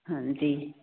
ਹਾਂਜੀ